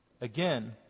Again